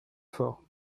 fort